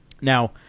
Now